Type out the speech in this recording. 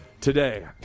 today